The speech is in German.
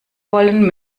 wollen